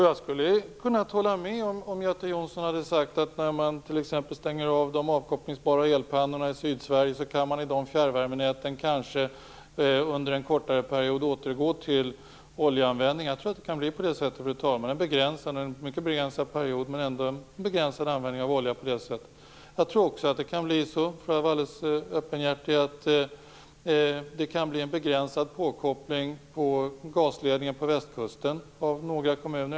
Jag skulle kunnat hålla med Göte Jonsson om han sagt att man, när man t.ex. stänger av de avkopplingsbara elpannorna i Sydsverige, kanske under en kortare period kan återgå till oljeanvändning i de fjärrvärmenäten. Jag tror att det kan bli så: Under en mycket begränsad period kan vi få en begränsad användning av olja på det sättet. Om jag skall vara alldeles öppenhjärtig kan jag säga att jag kan tänka mig att några kommuner på västkusten kan koppla sig till gasledningen.